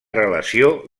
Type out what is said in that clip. relació